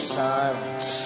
silence